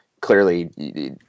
clearly